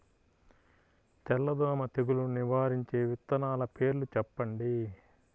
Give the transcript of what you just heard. తెల్లదోమ తెగులును నివారించే విత్తనాల పేర్లు చెప్పండి?